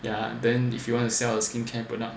ya then if you want to sell skincare product